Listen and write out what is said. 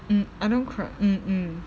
mm I don't cry mm mm